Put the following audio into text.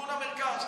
לכיוון המרכז.